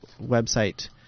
website